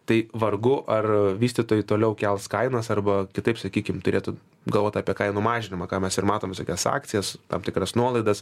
tai vargu ar vystytojai toliau kels kainas arba kitaip sakykim turėtų galvot apie kainų mažinimą ką mes ir matom visokias akcijas tam tikras nuolaidas